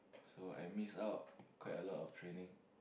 so I miss out quite a lot of training